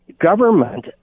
government